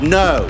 no